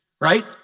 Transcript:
Right